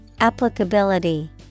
Applicability